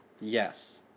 Yes